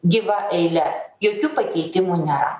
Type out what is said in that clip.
gyva eile jokių pakeitimų nėra